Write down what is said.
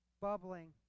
bubbling